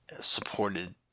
supported